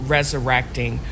Resurrecting